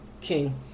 king